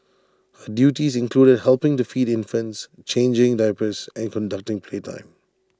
her duties included helping to feed infants changing diapers and conducting playtime